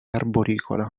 arboricola